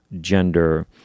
gender